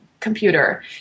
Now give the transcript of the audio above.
computer